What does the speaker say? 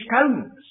stones